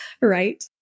Right